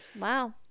Wow